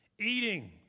Eating